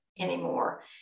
anymore